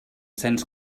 cents